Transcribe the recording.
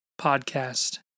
Podcast